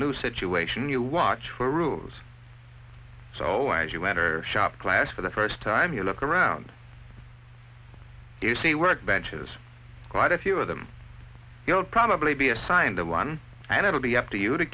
new situation you watch for rules so as you enter shop class for the first time you look around you see workbenches quite a few of them you'll probably be assigned to one and it will be up to you to